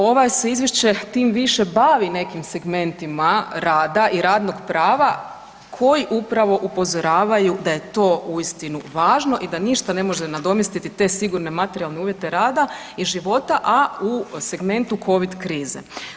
Ovo se izvješće tim više bavi nekim segmentima rada i radnog prava koji upravo upozoravaju da je to uistinu važno i da ništa ne može nadomjestiti te sigurne materijalne uvjete rada i života, a u segmentu covid krize.